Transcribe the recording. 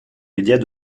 médias